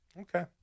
Okay